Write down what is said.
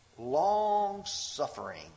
Long-suffering